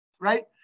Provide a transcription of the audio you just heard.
right